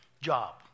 Job